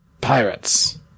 Pirates